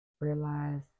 realize